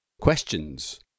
Questions